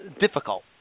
difficult